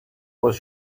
was